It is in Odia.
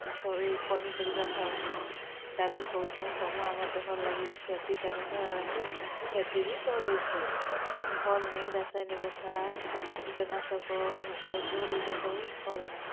ପନିପରିବା ଖାଉଛୁଁ ଡାଲି ଖାଉଛୁଁ ସବୁ ଆମର୍ ଦେହ୍ ଲାଗି କ୍ଷତି କାରକ୍ ଆର୍ ଆମ୍ କେ କ୍ଷତି ବି କରଉଛି ଆଉ ଭଲ୍ ନାଇଁ ରାସାୟନିକ୍ ସାର୍ କୀଟନାଶକ୍ ଔଷଧ ଏଇଟା ସବୁ ଭଲ୍ ନାଇ